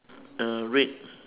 uh red